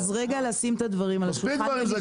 מספיק כבר עם זה,